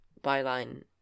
byline